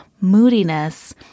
moodiness